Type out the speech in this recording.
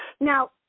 Now